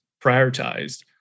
prioritized